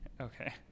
Okay